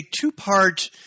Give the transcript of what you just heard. two-part